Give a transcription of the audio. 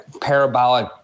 parabolic